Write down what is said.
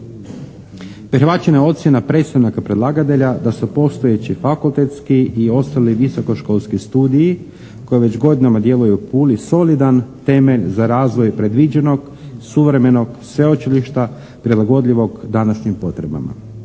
Prihvaćena je ocjena predstavnika predlagatelja da su postojeći fakultetski i ostali visokoškolski studiji koji već godinama djeluju u Puli solidan temelj za razvoj predviđenog suvremenog sveučilišta prilagodljivog današnjim potrebama.